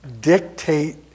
dictate